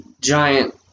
giant